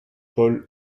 paul